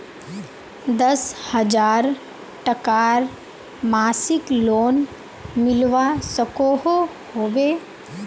दस हजार टकार मासिक लोन मिलवा सकोहो होबे?